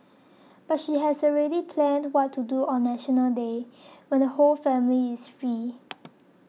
but she has already planned what to do on National Day when the whole family is free